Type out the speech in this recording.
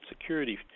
security